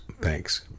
Thanks